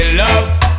love